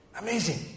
Amazing